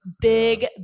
big